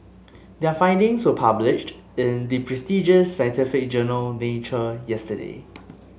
their findings were published in the prestigious scientific journal Nature yesterday